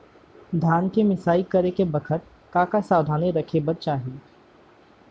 धान के मिसाई करे के बखत का का सावधानी रखें बर चाही?